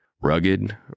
Rugged